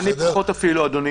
אני אפילו פחות, אדוני.